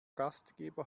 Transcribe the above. gastgeber